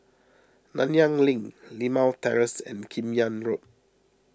Nanyang Link Limau Terrace and Kim Yam Road